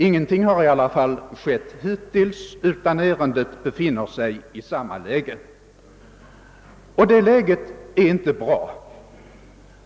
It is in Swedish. Ingenting har i alla fall skett hittills, utan ärendet befinner sig fortfarande i samma läge. Och det läget är inte bra.